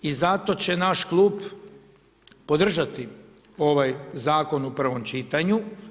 I zato će naš klub podržati ovaj zakon u prvom čitanju.